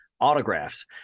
autographs